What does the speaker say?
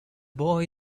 boy